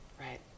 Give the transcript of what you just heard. Right